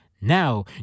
now